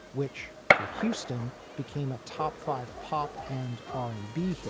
which for houston became a top five pop and r and b.